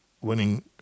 winning